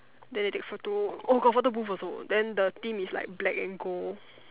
then they take photo oh got photo booth also then the theme is like black and gold